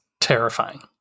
terrifying